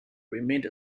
remained